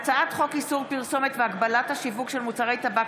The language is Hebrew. הצעת חוק איסור פרסומת והגבלת השיווק של מוצרי טבק